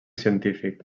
científic